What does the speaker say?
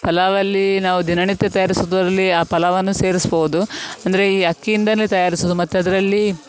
ಪಲಾವಲ್ಲಿ ನಾವು ದಿನನಿತ್ಯ ತಯಾರಿಸುವುದ್ರಲ್ಲಿ ಆ ಪಲಾವನ್ನು ಸೇರಿಸ್ಬೋದು ಅಂದರೆ ಈ ಅಕ್ಕಿಯಿಂದಲೂ ತಯಾರಿಸುವುದು ಮತ್ತು ಅದರಲ್ಲಿ